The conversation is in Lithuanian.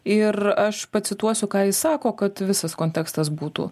ir aš pacituosiu ką ji sako kad visas kontekstas būtų